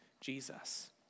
Jesus